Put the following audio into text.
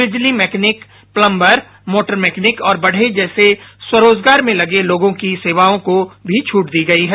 बिजली mechanic plumber motor mechanic और बढई जैसे स्वरोजगार में लगे लोगों की सेवाओं को भी छूट दी गई है